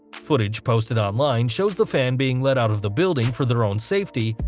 footage posted online shows the fan being led out of the building for their own safety,